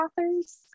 authors